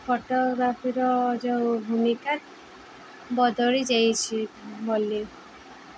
ଫଟୋଗ୍ରାଫିର ଯେଉଁ ଭୂମିକା ବଦଳି ଯାଇଛି ବୋଲି